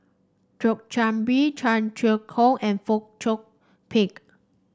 Thio Chan Bee Tung Chye Hong and Fong Chong Pik